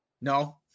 no